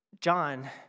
John